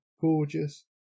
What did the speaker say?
gorgeous